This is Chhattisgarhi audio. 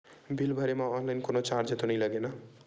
बिल भरे मा ऑनलाइन कोनो चार्ज तो नई लागे ना?